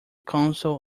counsel